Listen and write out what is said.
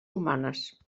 humanes